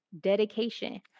dedication